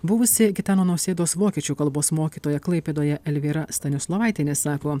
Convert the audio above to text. buvusi gitano nausėdos vokiečių kalbos mokytoja klaipėdoje elvyra stanislovaitienė sako